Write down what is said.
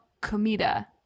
Comida